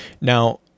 Now